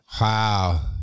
Wow